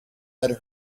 had